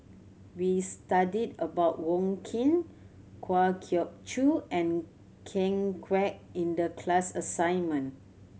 we studied about Wong Keen Kwa Geok Choo and Ken Kwek in the class assignment